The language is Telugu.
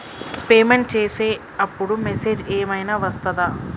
పేమెంట్ చేసే అప్పుడు మెసేజ్ ఏం ఐనా వస్తదా?